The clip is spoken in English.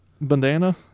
Bandana